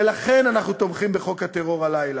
ולכן אנחנו תומכים בחוק המאבק בטרור הלילה.